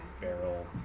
barrel